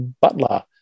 butler